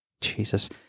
Jesus